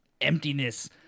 emptiness